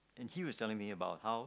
and he was telling me about how